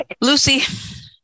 Lucy